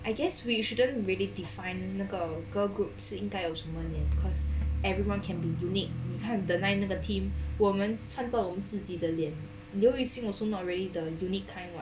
I guess we shouldn't really define 那个 girl group 是应该有什么年 cause everyone can be unique 看 the nine 那个 team 我们传统我们自己的脸 you know we sing also not really the unique kind [what]